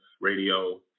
radio